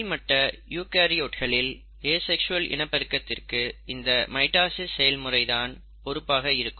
கீழ்மட்ட யூகாரியோக்களில் ஏசெக்ஸுவல் இனப்பெருக்கத்திற்கு இந்த மைட்டாசிஸ் செயல்முறை தான் பொறுப்பாக இருக்கும்